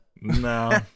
No